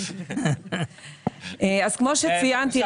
כמו שציינתי,